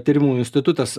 tyrimų institutas